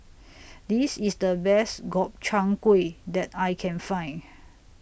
This IS The Best Gobchang Gui that I Can Find